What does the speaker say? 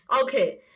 Okay